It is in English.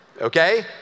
Okay